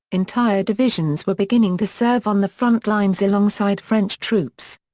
entire divisions were beginning to serve on the front lines alongside french troops.